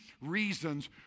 reasons